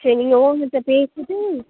சரி நீங்கள் ஓனர்கிட்ட பேசிவிட்டு